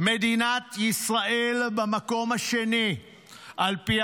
מדינת ישראל במקום השני על פי